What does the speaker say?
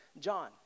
John